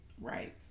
Right